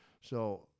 So-